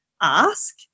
ask